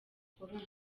bukoloni